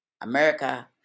america